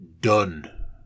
done